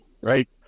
right